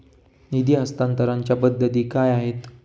निधी हस्तांतरणाच्या पद्धती काय आहेत?